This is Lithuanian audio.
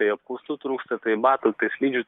tai apkaustų trūksta tai batų tai slidžių